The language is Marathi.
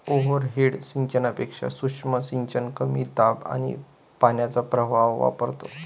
ओव्हरहेड सिंचनापेक्षा सूक्ष्म सिंचन कमी दाब आणि पाण्याचा प्रवाह वापरतो